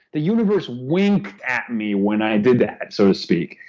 the universe winked at me when i did that so to speak.